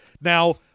Now